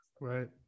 right